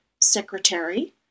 secretary